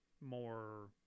more